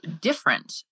different